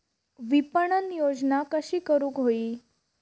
विपणन योजना कशी करुक होई?